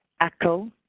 echo